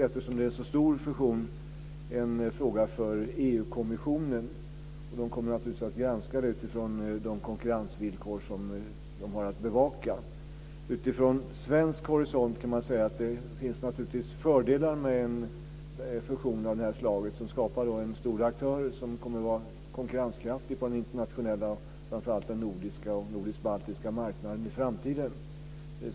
Eftersom det är en så stor fusion är det här sannolikt en fråga för EU-kommissionen, som naturligtvis kommer att granska den utifrån de konkurrensvillkor som de har att bevaka. Utifrån svensk horisont kan man säga att det naturligtvis finns fördelar med en fusion av det här slaget, som skapar en stor aktör som kommer att vara konkurrenskraftig på den internationella, framför allt den nordiska och nordisk-baltiska, marknaden i framtiden.